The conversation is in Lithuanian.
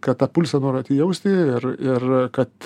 kad tą pulsą nuolat jausti ir ir kad